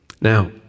Now